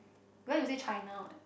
because you say China [what]